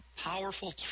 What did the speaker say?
powerful